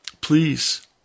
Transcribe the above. please